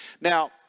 Now